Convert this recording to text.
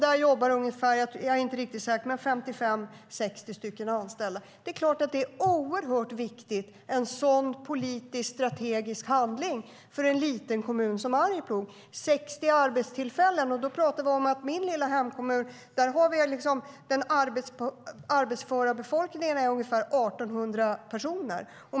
Det har gett 60 arbetstillfällen i Arjeplog. En sådan politiskt strategisk handling är oerhört viktig för en liten kommun. I min lilla hemkommun består den arbetsföra befolkningen av ungefär 1 800 personer.